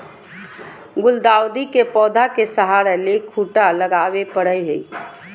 गुलदाऊदी के पौधा के सहारा ले खूंटा लगावे परई हई